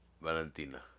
Valentina